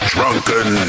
Drunken